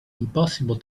impossible